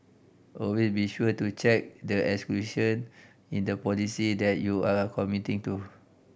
always be sure to check the exclusion in the policy that you are committing to